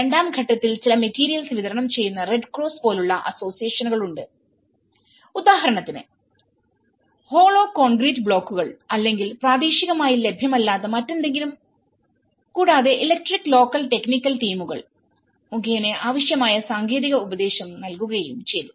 രണ്ടാം ഘട്ടത്തിൽ ചില മെറ്റീരിയൽസ് വിതരണം ചെയ്യുന്ന റെഡ് ക്രോസ്സ് പോലുള്ള അസോസിയേഷനുകളുണ്ട് ഉദാഹരണത്തിന് ഹോളോ കോൺക്രീറ്റ് ബ്ലോക്കുകൾ അല്ലെങ്കിൽ പ്രാദേശികമായി ലഭ്യമല്ലാത്ത മറ്റെന്തെങ്കിലും കൂടാതെ ഇലക്ട്രിക്ക് ലോക്കൽ ടെക്നിക്കൽ ടീമുകൾ മുഖേന ആവശ്യമായ സാങ്കേതിക ഉപദേശം നൽകുകയും ചെയ്തു